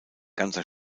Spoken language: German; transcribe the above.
ganzer